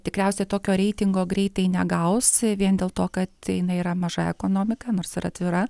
tikriausiai tokio reitingo greitai negaus vien dėl to kad jinai yra maža ekonomika nors ir atvira